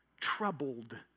troubled